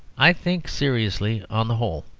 i think seriously, on the whole,